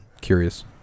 curious